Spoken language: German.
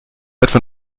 etwa